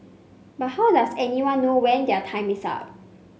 but how does anybody know when their time is up